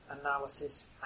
analysis